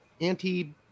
anti